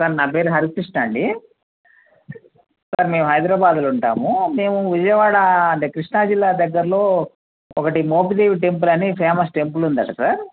sir నా పేరు హరికృష్ణా అండి సార్ మేము హైదరాబాదులో ఉంటాము మేము విజయవాడ అంటే కృష్ణా జిల్లా దగ్గరలో ఒకటి మోపిదేవి టెంపుల్ అని ఫేమస్ టెంపుల్ ఉందంటా సార్